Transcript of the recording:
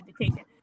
education